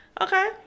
Okay